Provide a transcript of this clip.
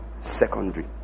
secondary